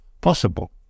possible